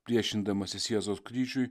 priešindamasis jėzaus kryžiui